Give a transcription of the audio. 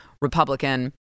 Republican